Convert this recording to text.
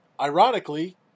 ironically